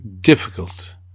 difficult